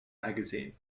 magazine